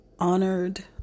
honored